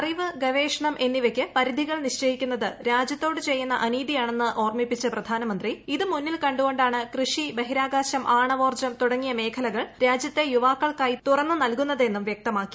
അറിവ് ഗവേഷണം എന്നിവയ്ക്ക് പ്രിധികൾ നിശ്ചയിക്കുന്നത് രാജ്യത്തോട് ചെയ്യുന്ന അനീതിയാണെന്ന് ഓർമ്മിപ്പിച്ച പ്രധാനമന്ത്രി ഇത് മുന്നിൽ കണ്ടു കൊണ്ടാണ് കൃഷി ബഹിരാകാശം ആണവോർജം തുടങ്ങിയ മേഖലകൾ രാജ്യത്തെ യുവാക്കൾക്കായി തുറന്നു നൽകുന്നതെന്നും വൃക്തമാക്കി